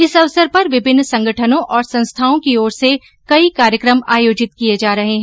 इस अवसर पर विभिन्न संगठनों और संस्थाओं की ओर से कई कार्यक्रम आयोजित किये जा रहे हैं